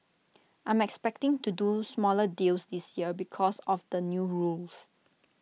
I'm expecting to do smaller deals this year because of the new rules